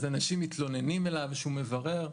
אז אנשים מתלוננים אליו והוא מברר,